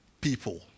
people